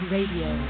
Radio